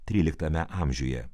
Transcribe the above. tryliktame amžiuje